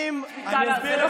תסביר לי איך זה קשור.